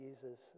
Jesus